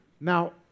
Now